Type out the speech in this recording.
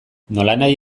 nolanahi